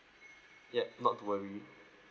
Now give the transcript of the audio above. yup not to worry